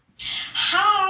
Hi